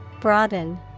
Broaden